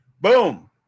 Boom